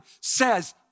says